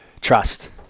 Trust